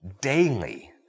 daily